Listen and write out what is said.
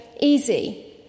easy